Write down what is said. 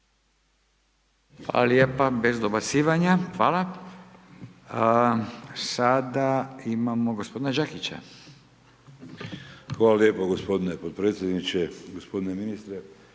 Hvala lijepo, bez dobacivanja. Hvala. Sada imamo gospodina Đakića. **Đakić, Josip (HDZ)** Hvala lijepo gospodine potpredsjedniče, gospodine ministre.